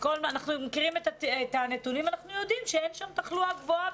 אנחנו מכירים אותם ואנחנו יודעים שאין שם תחלואה גבוהה,